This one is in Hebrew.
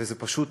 וזה פשוט,